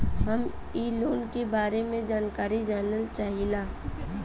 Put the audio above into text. हम इ लोन के बारे मे जानकारी जाने चाहीला?